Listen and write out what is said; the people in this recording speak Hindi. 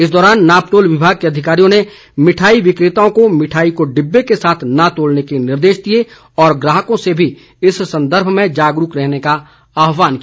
इस दौरान नापतोल विभाग के अधिकारियों ने मिठाई विक्रेताओं को मिठाई को डिब्बे के साथ न तोलने के निर्देश दिए और ग्राहकों से भी इस संदर्भ में जागरूक रहने का आहवान किया